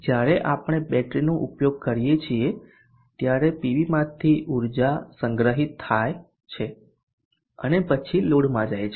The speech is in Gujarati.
જ્યારે આપણે બેટરીનો ઉપયોગ કરીએ છીએ ત્યારે પીવીમાંથી ઉર્જા બેટરીમાં સંગ્રહિત થાય છે અને પછી લોડમાં જાય છે